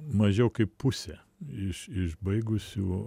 mažiau kaip pusė iš iš baigusių